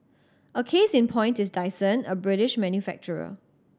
a case in point is Dyson a British manufacturer